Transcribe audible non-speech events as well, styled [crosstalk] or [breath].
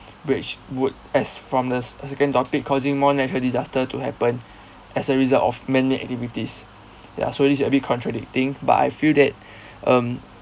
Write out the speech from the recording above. which would as from the s~ second topic causing more natural disaster to happen as a result of many activities ya so this a bit contradicting but I feel that [breath] um